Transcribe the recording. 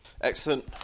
excellent